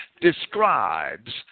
describes